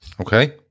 Okay